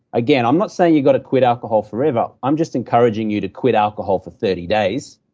again, i'm not saying you've got to quit alcohol forever, i'm just encouraging you to quit alcohol for thirty days.